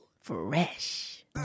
fresh